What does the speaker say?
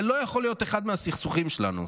זה לא יכול להיות אחד מהסכסוכים שלנו.